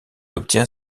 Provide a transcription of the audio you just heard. obtient